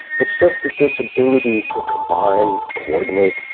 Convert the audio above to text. it's just that this ability to combine, coordinate,